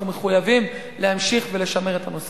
אנחנו מחויבים להמשיך ולשמר את הנושא